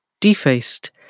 defaced